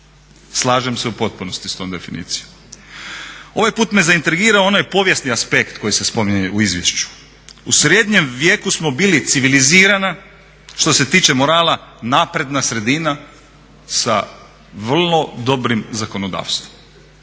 Slažem se u potpunosti sa tom definicijom. Ovaj put me zaintrigirao onaj povijesni aspekt koji se spominje u izvješću. U srednjem vijeku smo bili civilizirana što se tiče morala napredna morala napredna sredina sa vrlo dobrim zakonodavstvom.